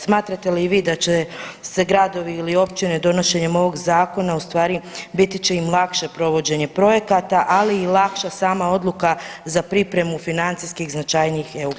Smatrate li i vi da će se gradovi ili općine donošenjem ovog Zakona ustvari, biti će im lakše provođenje projekata, ali i lakša sama odluka za pripremu financijskih značajnijih EU projekata.